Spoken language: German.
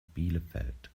bielefeld